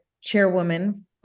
chairwoman